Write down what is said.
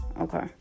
okay